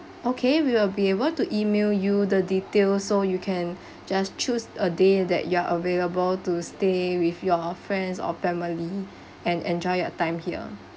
okay we will be able to email you the detail so you can just choose a day that you are available to stay with your friends or family and enjoy your time here